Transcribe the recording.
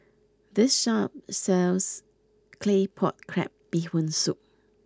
this shop sells Claypot Crab Bee Hoon Soup